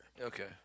Okay